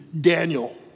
Daniel